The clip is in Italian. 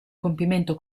compimento